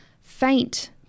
faint